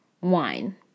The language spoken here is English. wine